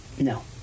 No